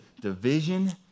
division